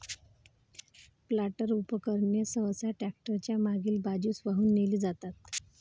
planter उपकरणे सहसा tractor च्या मागील बाजूस वाहून नेली जातात